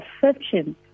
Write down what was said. perception